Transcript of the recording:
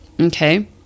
Okay